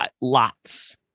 lots